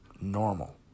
normal